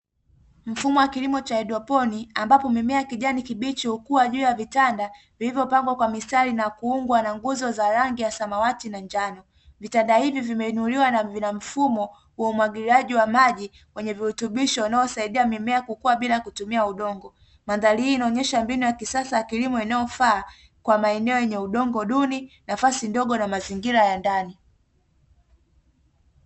Mfumo wa kilimo cha haidroponi ambapo mimea ya kijani kibichi hukuwa juu ya vitanda vilivyopangwa kwa mistari na kuungwa na nguzo za rangi za samawati na njano, vitanda hivi vimeinuliwa na vina mfumo wa umwagiliaji wa maji wenye virutubisho unaosaidia mimea kukua bila kutumia udongo, mandhari hii inaonesha mbinu ya kisasa ya kilimo inayofaa kwa maeneo yenye udongo duni, nafasi ndogo na mazingira ya ndani.